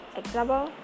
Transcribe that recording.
example